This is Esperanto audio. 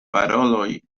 paroloj